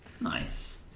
Nice